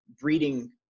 breeding